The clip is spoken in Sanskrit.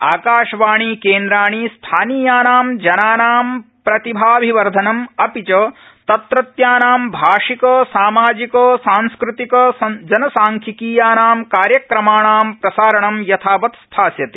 आकाशवाणीकेन्द्राणि स्थानीयाना जनानां प्रतिभाभिवर्धनम् अपि च तत्रत्यानां भाषिक सामाजिक सांस्कृतिक जनसांख्यिकीयानां कार्यक्रमाणां प्रसारणं यथावत् स्थास्यते